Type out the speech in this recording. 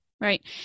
right